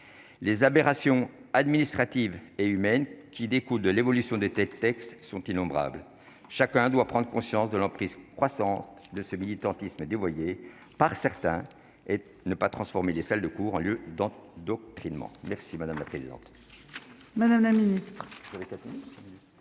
les aberrations administratives et humaines qui découle de l'évolution des tests textes sont innombrables, chacun doit prendre conscience de l'emprise croissante de ce militantisme dévoyés par certains et ne pas transformer les salles de cours ont lieu donc donc finalement merci madame la présidente.